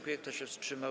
Kto się wstrzymał?